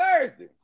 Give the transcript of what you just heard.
Thursday